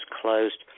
closed